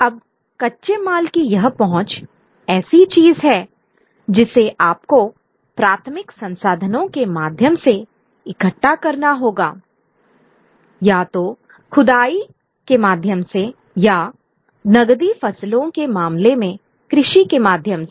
अब कच्चे माल की यह पहुँच ऐसी चीज है जिसे आपको प्राथमिक संसाधनों के माध्यम से इकट्ठा करना होगा या तो खुदाई के माध्यम से या नकदी फसलों के मामले में कृषि के माध्यम से